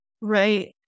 right